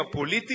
הפוליטי,